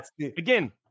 Again